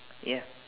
ya